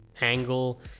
angle